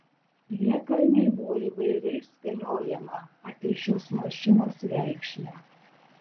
priekalnėj buvo įvairiai spėliojama apie šios mašinos reikšmę